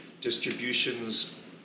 distributions